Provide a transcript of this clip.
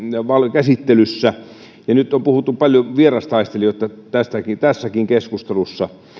käsittelyssä ja kun nyt on puhuttu paljon vierastaistelijoista tässäkin tässäkin keskustelussa